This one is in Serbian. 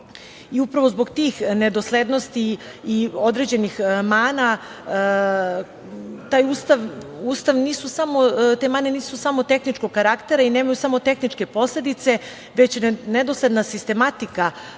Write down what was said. i upravo zbog tih nedoslednosti i određenih mana koje nisu samo tehničkog karaktera i nemaju samo tehničke posledice, već nedosledna sistematika